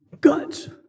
guts